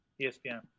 ESPN